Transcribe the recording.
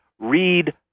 read